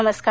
नमस्कार